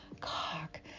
cock